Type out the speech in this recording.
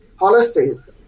policies